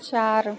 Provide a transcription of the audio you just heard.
चार